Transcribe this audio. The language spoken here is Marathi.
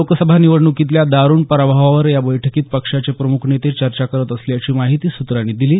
लोकसभा निवडणुकीतल्या दारुण पराभवावर या बैठकीत पक्षाचे प्रमुख नेते चर्चा करत असल्याची माहिती सूत्रांनी दिली